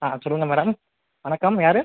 ஆ சொல்லுங்கள் மேடம் வணக்கம் யாரு